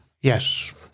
Yes